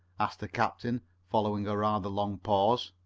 asked the captain, following a rather long pause.